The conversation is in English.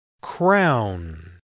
Crown